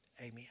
Amen